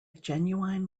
genuine